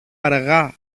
αργά